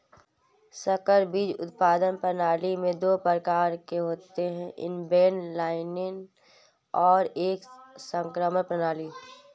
संकर बीज उत्पादन प्रणाली में दो प्रकार होते है इनब्रेड लाइनें और एक संकरण प्रणाली